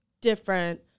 different